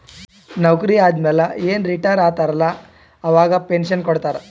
ನೌಕರಿ ಆದಮ್ಯಾಲ ಏನ್ ರಿಟೈರ್ ಆತಾರ ಅಲ್ಲಾ ಅವಾಗ ಪೆನ್ಷನ್ ಕೊಡ್ತಾರ್